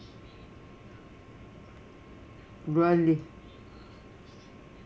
broadly